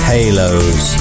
Halos